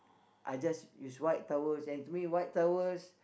I just use white towels and three white towels